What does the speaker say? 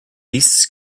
beasts